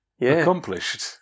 accomplished